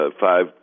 five